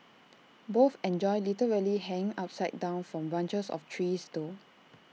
both enjoy literally hang upside down from branches of trees though